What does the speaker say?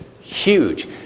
huge